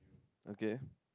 okay